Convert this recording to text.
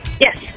Yes